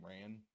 ran